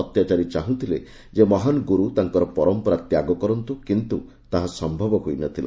ଅତ୍ୟାଚାରୀ ଚାହୁଁଥିଲେ ଯେ ମହାନଗୁରୁ ତାଙ୍କର ପରମ୍ପରା ତ୍ୟାଗ କରନ୍ତୁ କିନ୍ତୁ ତାହା ସମ୍ଭବ ହୋଇନଥିଲା